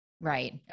Right